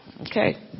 Okay